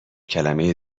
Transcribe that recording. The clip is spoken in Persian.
کلمه